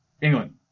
England